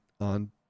on